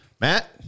Matt